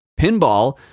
Pinball